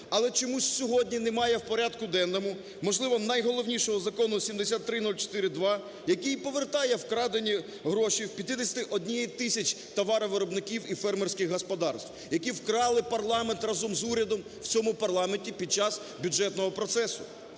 Але чомусь сьогодні немає в порядку денному, можливо, найголовнішого закону - 7304-2, який повертає вкрадені гроші в 51 тисячі товаровиробників і фермерських господарств, які вкрали парламент разом з урядом у цьому парламенті під час бюджетного процесу.